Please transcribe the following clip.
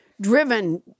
Driven